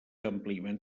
àmpliament